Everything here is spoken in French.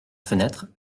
fenêtre